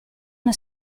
una